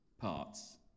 parts